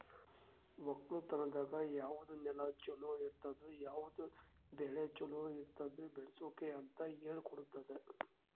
ಒಕ್ಕಲತನದಾಗ್ ಯಾವುದ್ ನೆಲ ಛಲೋ ಇರ್ತುದ, ಯಾವುದ್ ಬೆಳಿ ಛಲೋ ಇರ್ತುದ್ ಬೆಳಸುಕ್ ಅಂತ್ ಹೇಳ್ಕೊಡತ್ತುದ್